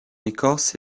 écorce